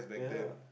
yeah